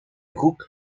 broek